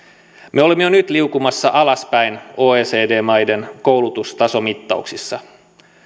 me olemme jo nyt liukumassa alaspäin oecd maiden koulutustasomittauksissa